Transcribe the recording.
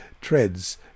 treads